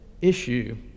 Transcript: issue